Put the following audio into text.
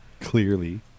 Clearly